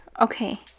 Okay